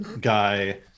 guy